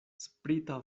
sprita